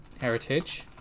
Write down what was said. Heritage